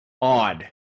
odd